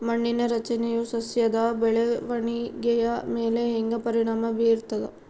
ಮಣ್ಣಿನ ರಚನೆಯು ಸಸ್ಯದ ಬೆಳವಣಿಗೆಯ ಮೇಲೆ ಹೆಂಗ ಪರಿಣಾಮ ಬೇರ್ತದ?